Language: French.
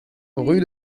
rue